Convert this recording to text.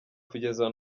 kugeza